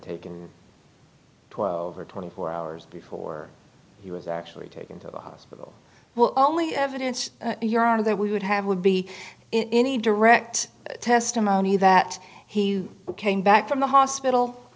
taken twelve or twenty four hours before he was actually taken to the hospital well only evidence your honor that we would have would be in any direct testimony that he came back from the hospital